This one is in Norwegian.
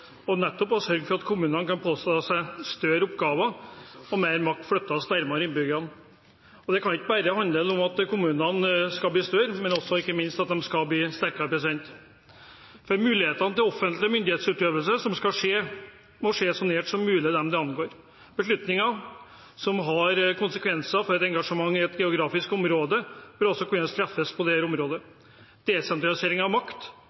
nettopp å sørge for at kommunene kan påta seg større oppgaver, og at mer makt flyttes nærmere innbyggerne. Det kan ikke bare handle om at kommunene skal bli større – det må ikke minst også handle om at de skal bli sterkere. Den offentlige myndighetsutøvelse som skal skje, må skje så nært som mulig dem det angår. Beslutninger som har konsekvenser for et engasjement i et geografisk område, bør også kunne treffes på det området. Desentralisering av makt